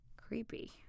Creepy